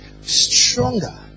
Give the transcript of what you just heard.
Stronger